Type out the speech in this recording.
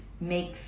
makes